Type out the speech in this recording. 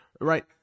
right